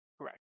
Correct